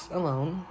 alone